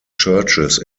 churches